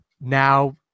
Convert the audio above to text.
now